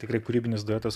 tikrai kūrybinis duetas